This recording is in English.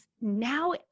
now